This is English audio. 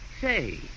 Say